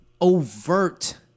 overt